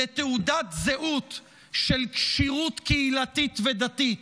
לתעודת זהות של כשירות קהילתית ודתית,